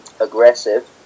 aggressive